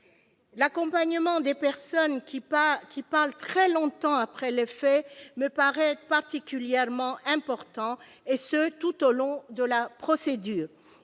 L'accompagnement des personnes qui parlent très longtemps après les faits me paraît être particulièrement important, et ce tout au long de la procédure.